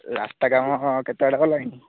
ରାସ୍ତା କାମ କେତେ ବାଟ ଗଲାଣି